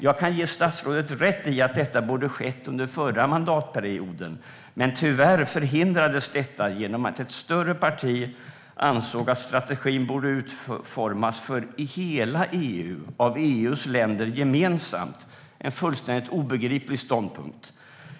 Jag kan ge statsrådet rätt i att detta borde ha skett under den förra mandatperioden, men tyvärr förhindrades det genom att ett större parti ansåg att strategin borde utformas för hela EU av EU:s länder gemensamt. Det är en fullständigt obegriplig ståndpunkt.